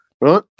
right